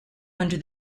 under